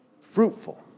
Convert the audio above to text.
fruitful